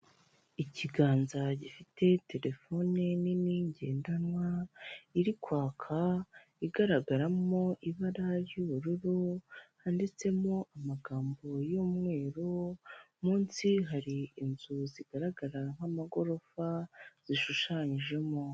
Ikiganza gifite telefone nini ngendanwa iri kwaka, igaragaramo ibara ry'ubururu handitsemo amagambo y'umweru, munsi hari inzu zigaragara nk'amagorofa zishushanyijemo.